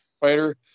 fighter